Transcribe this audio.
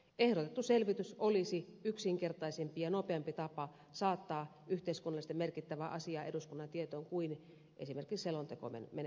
ehdotettu selvitys olisi yksinkertaisempi ja nopeampi tapa saattaa yhteiskunnallisesti merkittävä asia eduskunnan tietoon kuin esimerkiksi selontekomenettely